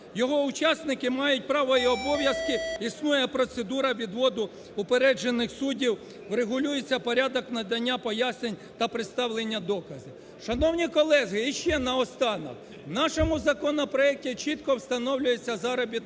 Його учасники мають право і обов'язки, існує процедура відводу упереджених суддів, регулюється порядок надання пояснень та представлення доказів. Шановні колеги, і ще наостанок. В нашому законопроекті чітко встановлюється заробітна